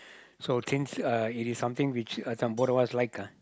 so since uh it is something which uh some both of like lah